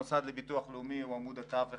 המוסד לביטוח לאומי הוא עמוד התווך